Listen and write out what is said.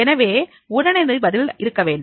எனவே உடனடி பதில் இருக்க வேண்டும்